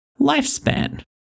lifespan